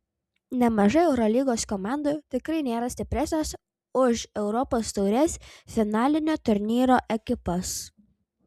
nemažai eurolygos komandų tikrai nėra stipresnės už europos taurės finalinio turnyro ekipas